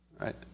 right